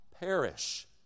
perish